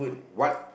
what